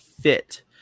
fit